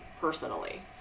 personally